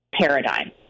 paradigm